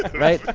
right.